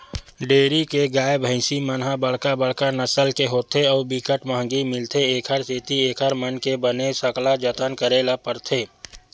dairy के गाय, भइसी मन ह बड़का बड़का नसल के होथे अउ बिकट महंगी मिलथे, एखर सेती एकर मन के बने सकला जतन करे ल परथे